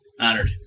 Honored